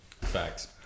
Facts